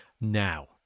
Now